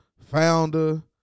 founder